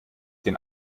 den